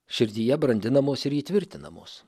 širdyje brandinamos ir įtvirtinamos